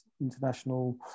international